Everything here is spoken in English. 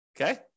Okay